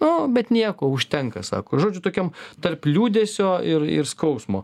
no bet nieko užtenka sako žodžiu tokiam tarp liūdesio ir ir skausmo